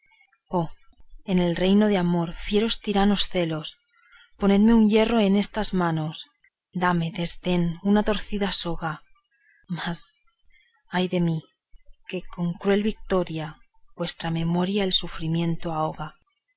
oh en el reino de amor fieros tiranos celos ponedme un hierro en estas manos dame desdén una torcida soga mas ay de mí que con cruel vitoria vuestra memoria el sufrimiento ahoga